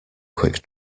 quick